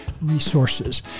resources